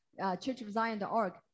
churchofzion.org